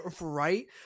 right